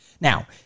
Now